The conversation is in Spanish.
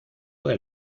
del